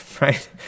right